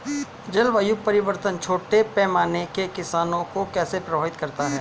जलवायु परिवर्तन छोटे पैमाने के किसानों को कैसे प्रभावित करता है?